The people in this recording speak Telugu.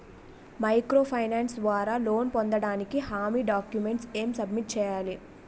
మైక్రో ఫైనాన్స్ ద్వారా లోన్ పొందటానికి హామీ డాక్యుమెంట్స్ ఎం సబ్మిట్ చేయాలి?